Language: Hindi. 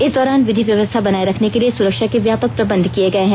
इस दौरान विधि व्यवस्था बनाए रखने के लिए सुरक्षा के व्यापक प्रबंध किये गए है